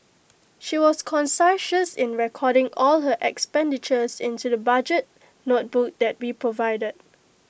she was conscientious in recording all her expenditures into the budget notebook that we provided